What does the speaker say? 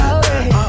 away